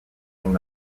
son